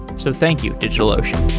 so thank you, digitalocean